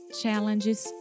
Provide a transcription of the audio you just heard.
challenges